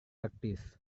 praktis